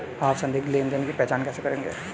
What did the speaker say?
आप संदिग्ध लेनदेन की पहचान कैसे करेंगे?